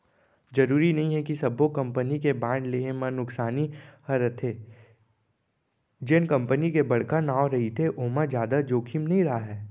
जरूरी नइये कि सब्बो कंपनी के बांड लेहे म नुकसानी हरेथे, जेन कंपनी के बड़का नांव रहिथे ओमा जादा जोखिम नइ राहय